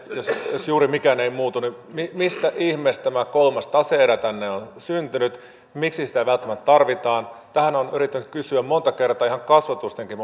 jos juuri mikään ei muutu niin mistä ihmeestä tämä kolmas tase erä tänne on syntynyt miksi sitä välttämättä tarvitaan tähän olen yrittänyt kysyä monta kertaa ihan kasvotustenkin